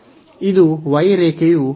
ಇದು y ರೇಖೆಯು 2 x ಗೆ ಸಮಾನವಾಗಿರುತ್ತದೆ